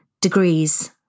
degrees